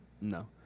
No